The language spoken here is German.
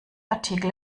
artikel